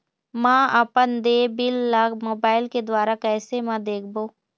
म अपन देय बिल ला मोबाइल के द्वारा कैसे म देखबो?